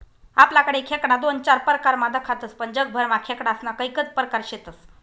आपलाकडे खेकडा दोन चार परकारमा दखातस पण जगभरमा खेकडास्ना कैकज परकार शेतस